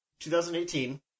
2018